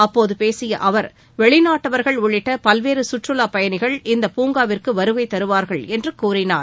அப்போது பேசிய அவர் வெளிநாட்டவர்கள் உள்ளிட்ட பல்வேறு சுற்றுலா பயணிகள் இப்பூங்காவிற்கு வருகை தருவார்கள் என்று கூறினார்